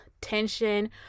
tension